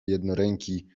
jednoręki